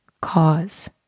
cause